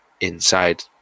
inside